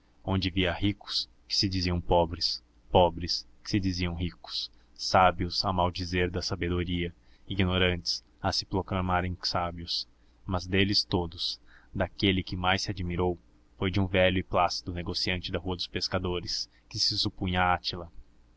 onde via ricos que se diziam pobres pobres que se queriam ricos sábios a maldizer da sabedoria ignorantes a se proclamarem sábios mas deles todos daquele que mais se admirou foi de um velho e plácido negociante da rua dos pescadores que se supunha átila